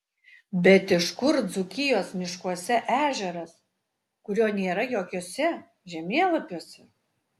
bet iš kur dzūkijos miškuose ežeras kurio nėra jokiuose žemėlapiuose